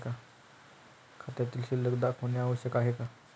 खात्यातील शिल्लक दाखवणे आवश्यक आहे का?